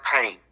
pain